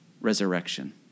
resurrection